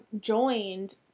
joined